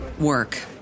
work